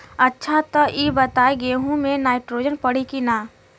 अच्छा त ई बताईं गेहूँ मे नाइट्रोजन पड़ी कि ना?